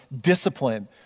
discipline